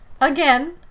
again